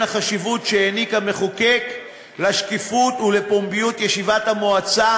החשיבות שהעניק המחוקק לשקיפות ולפומביות של ישיבות המועצה